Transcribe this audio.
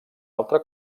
altre